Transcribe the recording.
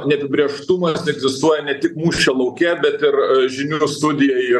neapibrėžtumas egzistuoja ne tik mūšio lauke bet ir žinių studijoj ir